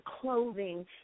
clothing